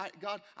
God